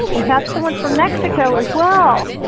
we have someone from mexico as well.